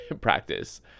practice